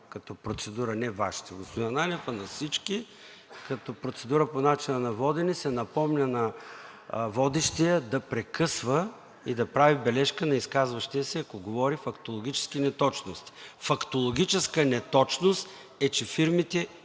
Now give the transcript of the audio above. изказвания – не Вашите, господин Ананиев, а на всички, като процедура по начина на водене, се напомня на водещия да прекъсва и да прави бележка на изказващия се, ако говори фактологически неточности. Фактологическа неточност е, че